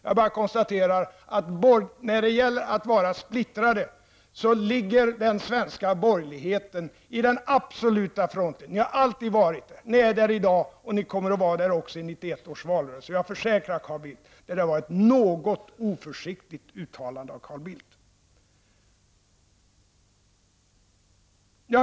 Jag konstaterar att när det gäller att vara splittrad ligger den svenska borgerligheten i den absoluta frontlinjen. Ni har alltid varit där, ni är där i dag och ni kommer att vara där också i 1991 års valrörelse. Jag försäkrar att det var ett något oförsiktigt uttalande av Carl Bildt.